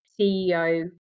CEO